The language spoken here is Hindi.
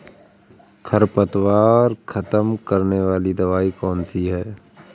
खरपतवार खत्म करने वाली दवाई कौन सी है?